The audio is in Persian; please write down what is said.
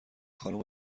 خانم